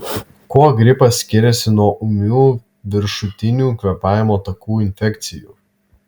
kuo gripas skiriasi nuo ūmių viršutinių kvėpavimo takų infekcijų